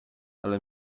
ale